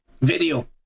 video